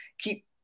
keep